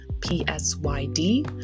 P-S-Y-D